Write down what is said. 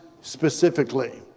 specifically